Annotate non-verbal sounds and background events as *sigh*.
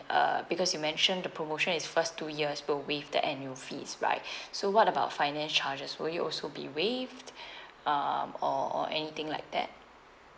uh because you mentioned the promotion is first two years waive the annual fees right *breath* so what about finance charges will it also be waived um or or anything like that